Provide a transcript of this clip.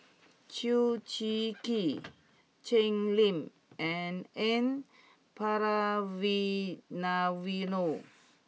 Chew Swee Kee Jim Lim and N Palanivelu